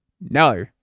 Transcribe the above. No